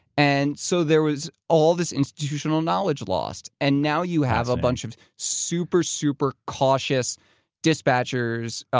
and so there was all this institutional knowledge lost and now you have a bunch of super, super cautious dispatchers,